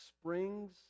Springs